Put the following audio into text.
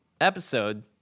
episode